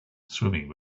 swimming